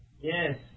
Yes